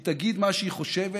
היא תגיד מה שהיא חושבת,